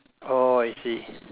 oh I see